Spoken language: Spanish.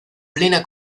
plena